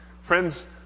Friends